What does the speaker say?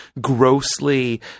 grossly